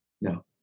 No